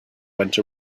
went